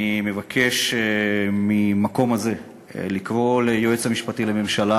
אני מבקש מהמקום הזה לקרוא ליועץ המשפטי לממשלה